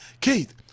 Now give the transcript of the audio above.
Keith